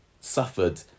suffered